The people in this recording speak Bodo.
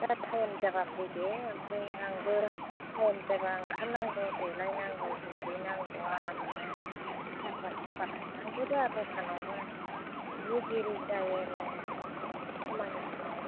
दा टाइम जाबा फैदे ओमफ्राय आंबो टाइम जाबा ओंखारनांगौ देलायनांगौ दुगैनांगौ आरामनो साफा सुफा थांनांगौदा दखानावबो जि दिरि जायो न'नि खामानिबो मावनो मोना